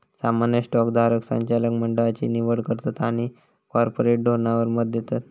सामान्य स्टॉक धारक संचालक मंडळची निवड करतत आणि कॉर्पोरेट धोरणावर मत देतत